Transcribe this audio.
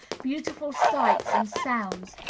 beautiful sights and sounds,